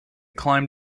climb